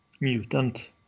mutant